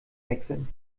wechseln